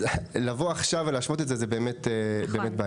לבוא עכשיו ולהשוות את זה זה באמת בעייתי,